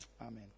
Amen